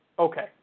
Okay